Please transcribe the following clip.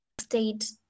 state